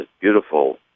beautiful